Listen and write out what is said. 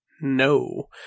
No